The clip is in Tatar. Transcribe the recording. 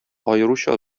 аеруча